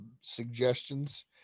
suggestions